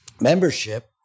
Membership